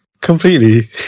Completely